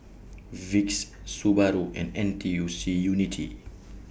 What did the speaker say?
Vicks Subaru and N T U C Unity